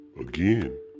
again